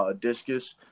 discus